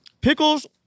pickles